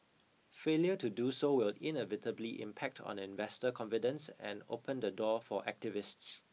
failure to do so will inevitably impact on investor confidence and open the door for activists